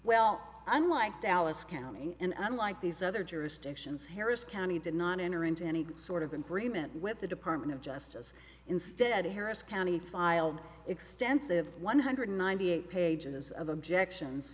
unlike dallas county and unlike these other jurisdictions harris county did not enter into any sort of agreement with the department of justice instead harris county filed extensive one hundred ninety eight pages of objections